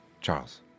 Charles